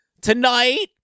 tonight